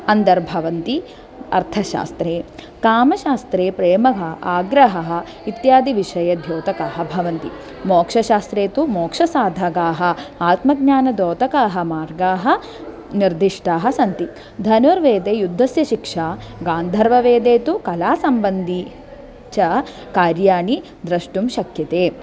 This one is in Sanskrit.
अन्तर्भवन्ति अर्थशास्त्रे कामशास्त्रे प्रेमः आग्रहः इत्यादि विषयद्योतकाः भवन्ति मोक्षशास्त्रे तु मोक्षसाधकाः आत्मज्ञानद्योतकाः मार्गाः निर्दिष्टाः सन्ति धनुर्वेदे युद्धस्य शिक्षा गान्धर्ववेदे तु कलासम्बन्धि च कार्याणि द्रष्टुं शक्यते